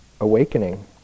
awakening